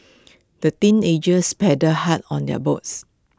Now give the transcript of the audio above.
the teenagers paddled hard on their boats